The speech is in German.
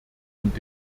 und